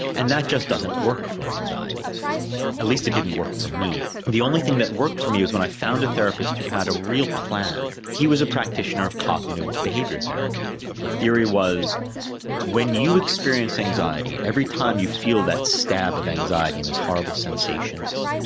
and that just doesn't work for anxiety at least it didn't work for me. the only thing that worked for me was when i found a therapist who had a real plan. he was a practitioner of cognitive behaviour therapy. the theory was when you experience anxiety, every time you feel that stab of anxiety and these horrible sensations